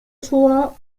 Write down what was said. tor